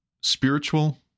spiritual